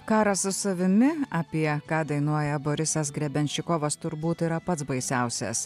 karas su savimi apie ką dainuoja borisas grebenščikovas turbūt yra pats baisiausias